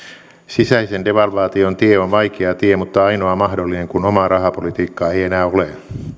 sisäisen devalvaation tie on vaikea tie mutta ainoa mahdollinen kun omaa rahapolitiikkaa ei enää ole